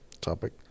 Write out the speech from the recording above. topic